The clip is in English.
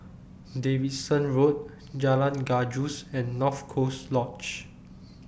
Davidson Road Jalan Gajus and North Coast Lodge